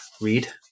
read